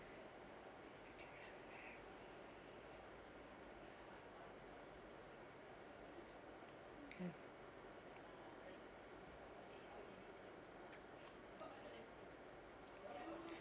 mm